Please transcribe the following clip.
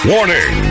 Warning